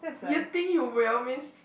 you think you will means